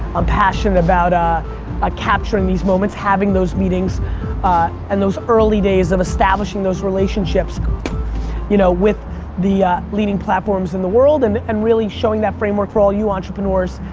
i'm passionate about ah ah capturing these moments, having those meetings and those early days of establishing those relationships you know with the leading platforms in the world and and really showing that framework for all you entrepreneurs,